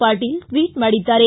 Patil tweet ಮಾಡಿದ್ದಾರೆ